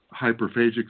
hyperphagic